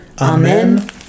Amen